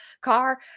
Car